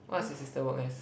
what's your sister work as